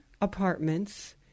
apartments